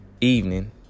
evening